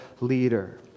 leader